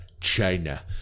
China